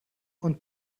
und